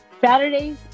Saturday's